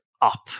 up